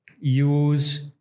use